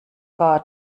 vor